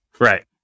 Right